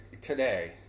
today